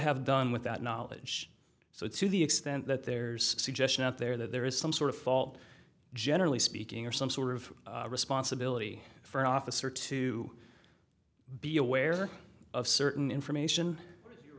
have done with that knowledge so to the extent that there's suggestion out there that there is some sort of fault generally speaking or some sort of responsibility for an officer to be aware of certain information